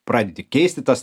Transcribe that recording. pradedi keisti tas